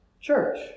church